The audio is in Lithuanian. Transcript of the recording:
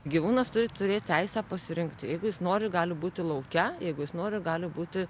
gyvūnas turi turėt teisę pasirinkti jeigu jis nori gali būti lauke jeigu jis nori gali būti